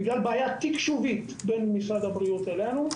בגלל בעיה תקשובית בין משרד הבריאות לביננו,